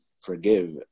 forgive